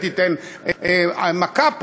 היא תיתן מכה פה,